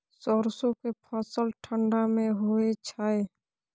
सरसो के फसल ठंडा मे होय छै?